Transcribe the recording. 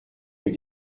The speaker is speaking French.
est